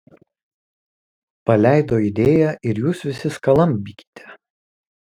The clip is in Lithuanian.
paleido idėją ir jūs visi skalambykite